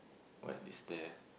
what is there